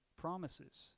promises